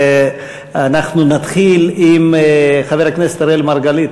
ואנחנו נתחיל עם חבר הכנסת אראל מרגלית.